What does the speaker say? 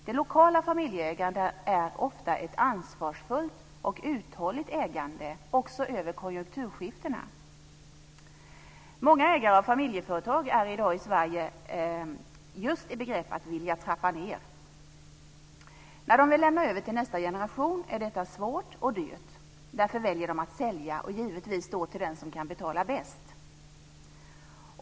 Det lokala familjeägandet är ofta ett ansvarsfullt och uthålligt ägande också över konjunkturskiftena. Många ägare av familjeföretag i Sverige är i dag just i begrepp att vilja trappa ned. När de vill lämna över till nästa generation är detta svårt och dyrt. Därför väljer de att sälja, och givetvis då till den som kan betala bäst.